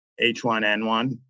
H1N1